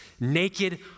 naked